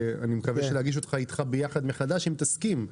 אני מקווה להגיש אותה איתך ביחד מחדש אם תסכים.